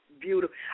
beautiful